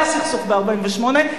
היה סכסוך ב-1947,